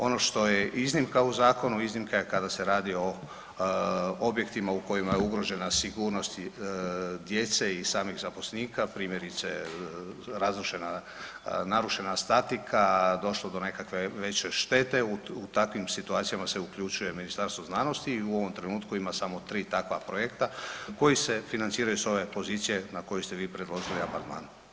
Ono što je iznimka u zakonu, iznimka je kada se radi o objektima u kojima je ugrožena sigurnost djece i samih zaposlenika, primjerice razrušena, narušena statika, došlo do nekakve veće štete, u takvim situacijama se uključuje Ministarstvo znanosti i u ovom trenutku ima samo 3 takva projekta koji se financiraju s ove pozicije na koju ste vi predložili amandman.